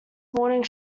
morning